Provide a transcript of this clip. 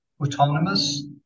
autonomous